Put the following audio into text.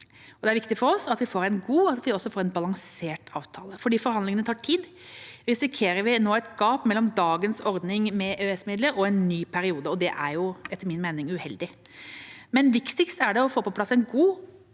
Det viktigste for oss er at vi får en god og balansert avtale. Fordi forhandlingene tar tid, risikerer vi nå et gap mellom dagens ordning med EØS-midler og en ny periode. Det er uheldig, etter min mening. Men viktigst er det å få på plass en god